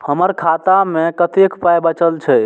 हमर खाता मे कतैक पाय बचल छै